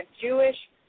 Jewish